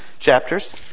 chapters